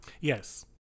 Yes